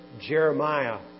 Jeremiah